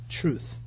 truth